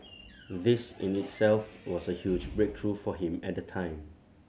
this in itself was a huge breakthrough for him at the time